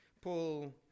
pull